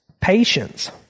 patience